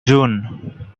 june